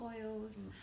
oils